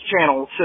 channel